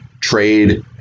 Trade